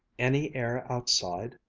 any air outside?